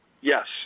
Yes